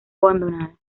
abandonada